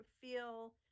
feel